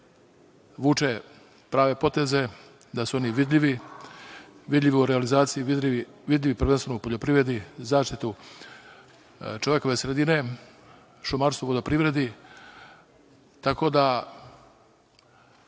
vuče prave poteze, da su oni vidljivi, vidljivi u realizaciji, vidljivi prvenstveno u poljoprivredi, zaštiti čovekove sredine, šumarstva, vodoprivredi, tako da